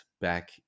back